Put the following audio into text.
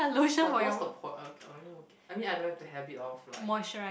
but what's the poi~ okay I mean okay I mean I don't have the habit of like